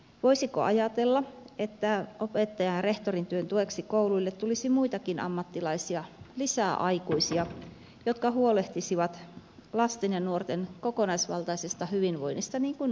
voisiko ajatella että opettajan ja rehtorin työn tueksi kouluille tulisi muitakin ammattilaisia lisää aikuisia jotka huolehtisivat lasten ja nuorten kokonaisvaltaisesta hyvinvoinnista niin kuin opettajatkin kyllä tekevät